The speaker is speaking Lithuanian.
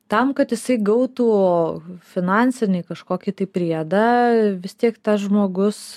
tam kad jisai gautų finansinį kažkokį tai priedą vis tiek tas žmogus